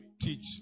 teach